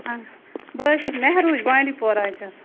آ بہٕ حظ چھَس مہروٗ بانٛڈی پوراہٕچ حظ